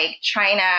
China